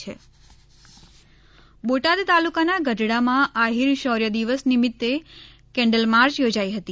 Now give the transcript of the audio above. શૌર્ય દિવસ બોટાદ બોટાદ તાલુકાનાં ગઢડામાં આહિર શૌર્ય દિવસ નિમિત્તે કેન્ડલ માર્ય યોજાઇ હતી